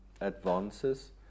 advances